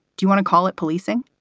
do you want to call it policing?